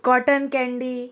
cotton candy